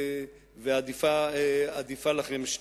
ועדיפה לכם שתיקה.